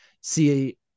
see